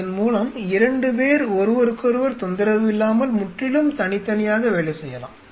இதன் மூலம் 2 பேர் ஒருவருக்கொருவர் தொந்தரவு இல்லாமல் முற்றிலும் தனித்தனியாக வேலை செய்யலாம்